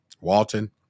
walton